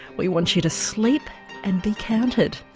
we want you to sleep and be counted.